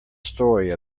story